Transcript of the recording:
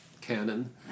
canon